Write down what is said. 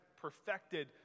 perfected